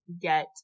get